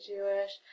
Jewish